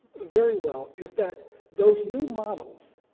very well is that those new models,